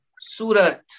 Surat